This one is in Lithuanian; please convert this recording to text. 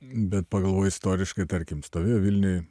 bet pagalvoji istoriškai tarkim stovėjo vilniuj